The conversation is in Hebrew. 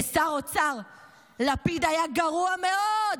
כשר אוצר לפיד היה גרוע מאוד.